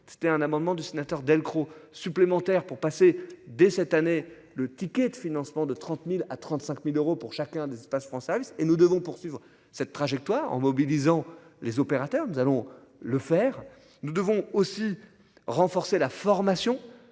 c'était un amendement du sénateur Delcros supplémentaires pour passer dès cette année, le ticket de financement de 30.000 à 35.000 euros pour chacun d'espaces française et nous devons poursuivre cette trajectoire en mobilisant les opérateurs nous allons le faire, nous devons aussi renforcer la formation